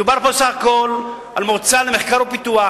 מדובר פה בסך הכול על מועצה למחקר ולפיתוח,